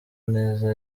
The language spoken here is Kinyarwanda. neza